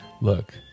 look